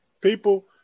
People